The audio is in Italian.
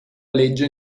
legge